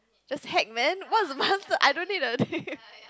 just heck man what's master I don't need the thing